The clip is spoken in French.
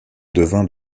devint